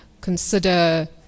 consider